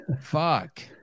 Fuck